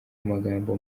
amagambo